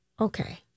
Okay